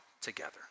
together